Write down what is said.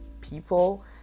people